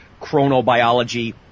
chronobiology